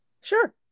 sure